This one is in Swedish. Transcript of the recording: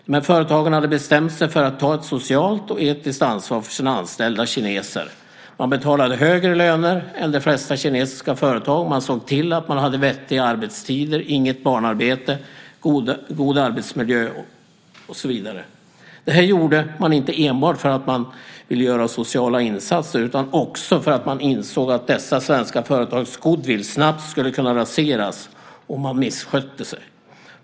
Dessa företag hade bestämt sig för att ta ett socialt och etiskt ansvar för sina anställda kineser. De betalade högre löner än de flesta kinesiska företag, såg till att arbetstiderna var vettiga, att det inte förekom något barnarbete, att arbetsmiljön var god och så vidare. Detta gjorde de inte enbart för att de ville göra sociala insatser utan också för att de insåg att dessa svenska företags goodwill snabbt skulle kunna raseras om de misskötte sig.